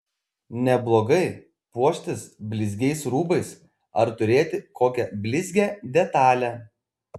neblogai puoštis blizgiais rūbais ar turėti kokią blizgią detalę